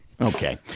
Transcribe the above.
Okay